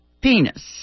penis